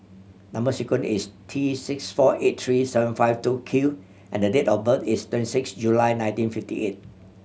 number sequence is T six four eight three seven five two Q and the date of birth is twenty six July nineteen fifty eight